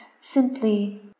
simply